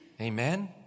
Amen